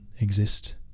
exist